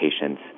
patients